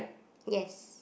yes